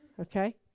okay